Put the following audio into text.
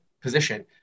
position